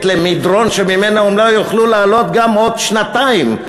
למדרון שממנו הן לא יוכלו לעלות גם בעוד שנתיים.